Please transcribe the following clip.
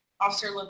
Officer